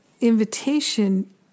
invitation